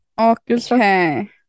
Okay